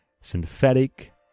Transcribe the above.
synthetic